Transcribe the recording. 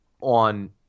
on